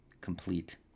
complete